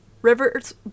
Rivers